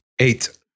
Eight